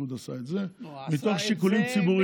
הליכוד עושה את זה מתוך שיקולים ציבוריים.